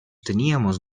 teníamos